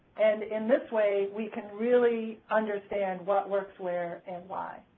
and in this way we can really understand what works where and why.